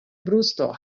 brusto